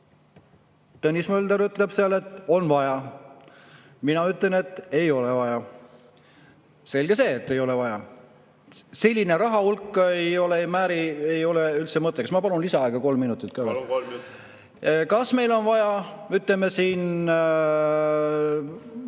Tõnis Mölder ütleb seal, et on vaja, mina ütlen, et ei ole vaja. Selge see, et ei ole vaja. Selline rahahulk ei ole üldse mõttekas. Ma palun lisaaega kolm minutit ka veel. Austatud kolleegid!